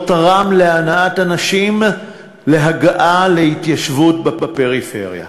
תרם להנעת אנשים להגעה להתיישבות בפריפריה.